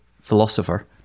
philosopher